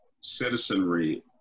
citizenry